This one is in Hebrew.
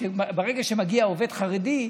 שברגע שמגיע עובד חרדי,